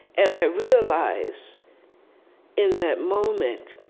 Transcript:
and i realized in that moment,